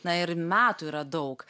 na ir metų yra daug